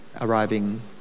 arriving